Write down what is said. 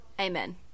amen